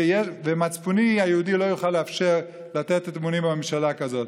ומצפוני היהודי לא יוכל לאפשר לתת את אמוני בממשלה כזאת.